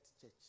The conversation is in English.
church